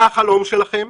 מה החלום שלכם,